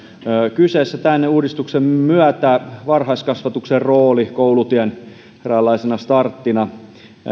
kyseessä tämän uudistuksen myötä varhaiskasvatuksen rooli koulutien eräänlaisena starttina